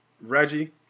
Reggie